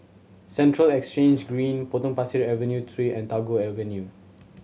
Central Exchange Green Potong Pasir Avenue Three and Tagore Drive